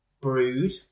brood